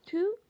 Two